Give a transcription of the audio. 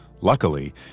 Luckily